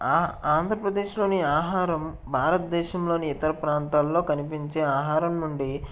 ఆంధ్రప్రదేశ్లోని ఆహారం భారతదేశంలోని ఇతర ప్రాంతాలలో కనిపించే ఆహారం నుండి